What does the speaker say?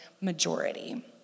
majority